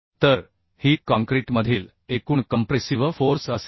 तर ही काँक्रीटमधील एकूण कंप्रेसिव्ह फोर्स असेल